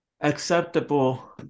acceptable